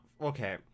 Okay